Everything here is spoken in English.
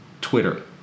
Twitter